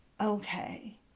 okay